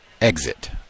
exit